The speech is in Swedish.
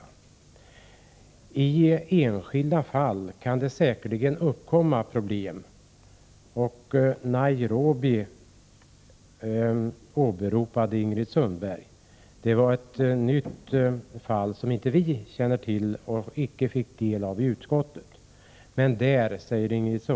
I enskilda fall kan det säkert uppkomma problem. Ingrid Sundberg åberopade ett sådant fall i Nairobi, ett nytt fall som vi i utskottet inte har fått del av.